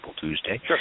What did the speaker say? Tuesday